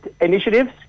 initiatives